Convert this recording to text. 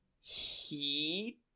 Heat